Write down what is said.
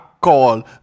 Call